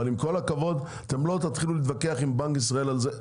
אבל עם כל הכבוד אתם לא תתחילו להתווכח עם בנק ישראל על זה.